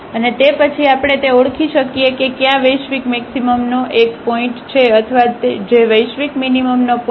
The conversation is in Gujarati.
અને તે પછી આપણે તે ઓળખી શકીએ કે ક્યા વૈશ્વિક મેક્સિમમનો એક પોઇન્ટ છે અથવા જે વૈશ્વિક મીનીમમનો પોઇન્ટ છે